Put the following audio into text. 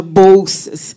bolsas